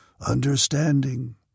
understanding